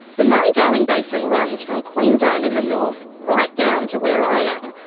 the murray-darling basin runs from queensland in the north right down to where i am,